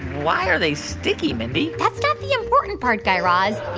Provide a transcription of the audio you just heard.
why are they sticky, mindy? that's not the important part, guy raz.